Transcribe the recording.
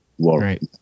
Right